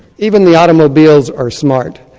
even the automobiles are smart.